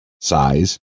size